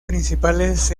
principales